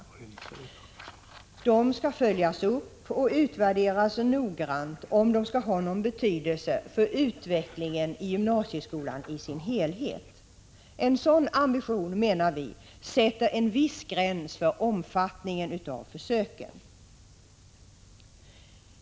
Dessa projekt skall följas upp och utvärderas noggrant, om de skall ha någon betydelse för utvecklingen i gymnasieskolan i dess helhet. En sådan ambition, menar vi, sätter en viss gräns för omfattningen av försöken.